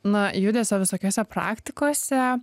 na judesio visokiose praktikose